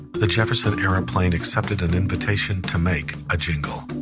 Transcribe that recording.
the jefferson airplane accepted an invitation to make a jingle.